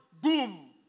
boom